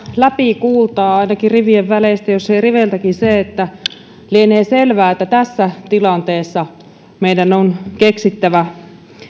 läpi ainakin rivien väleistä jos ei riveiltäkin se että lienee selvää että tässä tilanteessa meidän on keksittävä